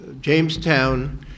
Jamestown